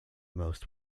most